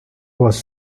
was